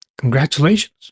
Congratulations